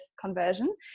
conversion